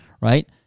right